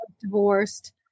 divorced